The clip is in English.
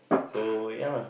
so ya lah